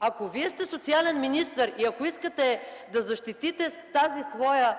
Ако Вие сте социален министър, или искате да защитите тази своя